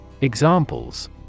Examples